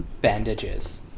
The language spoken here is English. bandages